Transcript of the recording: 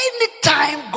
Anytime